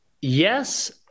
yes